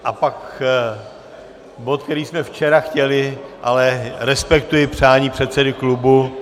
A pak bod, který jsme včera chtěli, ale respektuji přání předsedy klubu.